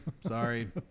Sorry